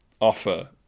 offer